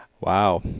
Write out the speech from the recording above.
Wow